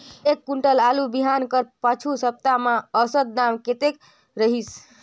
एक कुंटल आलू बिहान कर पिछू सप्ता म औसत दाम कतेक रहिस?